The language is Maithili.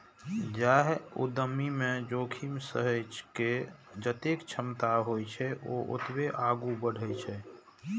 जाहि उद्यमी मे जोखिम सहै के जतेक क्षमता होइ छै, ओ ओतबे आगू बढ़ै छै